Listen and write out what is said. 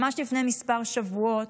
ממש לפני כמה שבועות,